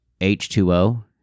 H2O